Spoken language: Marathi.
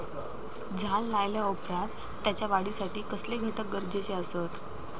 झाड लायल्या ओप्रात त्याच्या वाढीसाठी कसले घटक गरजेचे असत?